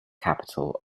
capital